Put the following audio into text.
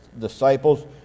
disciples